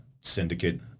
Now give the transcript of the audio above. syndicate